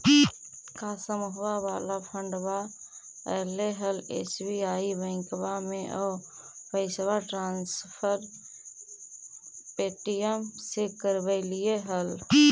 का समुहवा वाला फंडवा ऐले हल एस.बी.आई बैंकवा मे ऊ पैसवा ट्रांसफर पे.टी.एम से करवैलीऐ हल?